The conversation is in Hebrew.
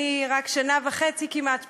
אני רק שנה וחצי כמעט פה,